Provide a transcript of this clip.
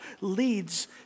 leads